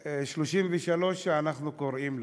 33 אנחנו קוראים לו,